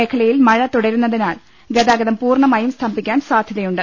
മേഖലയിൽ മഴ തുടരുന്നതിനാൽ ഗതാഗതം പൂർണ്ണമായും സ്തംഭിക്കാൻ സാധ്യതയുണ്ട്